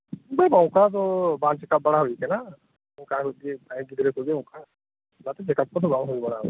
ᱵᱟᱝ ᱵᱟᱝ ᱚᱱᱠᱟᱫᱚ ᱵᱟᱝ ᱪᱮᱠᱟᱵ ᱵᱟᱲᱟ ᱦᱩᱭ ᱟᱠᱟᱱᱟ ᱚᱱᱠᱟᱜᱤ ᱯᱨᱟᱭ ᱜᱤᱫᱽᱨᱟᱹᱠᱩᱜᱤ ᱚᱱᱠᱟ ᱚᱱᱟᱛᱮ ᱪᱮᱠᱟᱵ ᱠᱚᱫᱚ ᱵᱟᱝ ᱦᱩᱭ ᱵᱟᱲᱟᱣ ᱟᱠᱟᱱᱟ